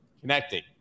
connecting